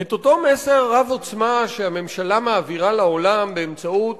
את אותו מסר רב-עוצמה שהממשלה מעבירה לעולם באמצעות